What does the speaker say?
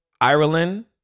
Ireland